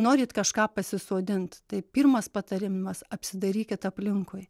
norit kažką pasisodint tai pirmas patarimas apsidairykit aplinkui